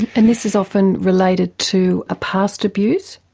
and this is often related to a past abuse?